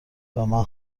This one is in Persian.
دامن